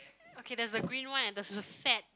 okay there's a green one and there's a fat